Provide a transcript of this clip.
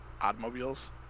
automobiles